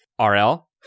RL